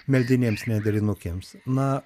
meldinėms nendrinukėms na